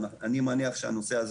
אני מניח שהנושא הזה